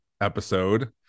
episode